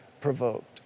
provoked